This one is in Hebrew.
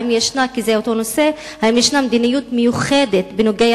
כי זה אותו נושא: האם ישנה מדיניות מיוחדת בנוגע